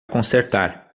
consertar